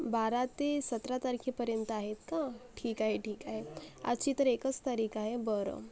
बारा ते सतरा तारखेपर्यंत आहे का ठीक आहे ठीक आहे आजची तर एकच तारीख आहे बरं